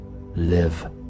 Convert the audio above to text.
live